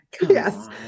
Yes